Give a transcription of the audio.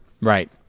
Right